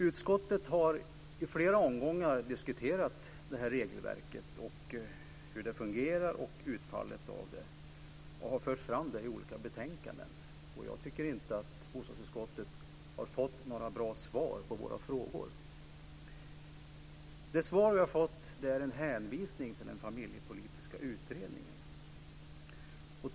Utskottet har i flera omgångar diskuterat det här regelverket, hur det fungerar och utfallet av det och har fört fram det i olika betänkanden, och jag tycker inte att vi i bostadsutskottet har fått några bra svar på våra frågor. De svar vi har fått är en hänvisning till den familjepolitiska utredningen.